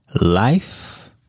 Life